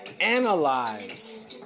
analyze